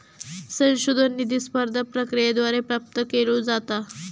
संशोधन निधी स्पर्धा प्रक्रियेद्वारे प्राप्त केलो जाता